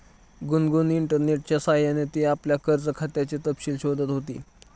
गुनगुन इंटरनेटच्या सह्याने ती आपल्या कर्ज खात्याचे तपशील शोधत होती